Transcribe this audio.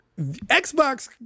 Xbox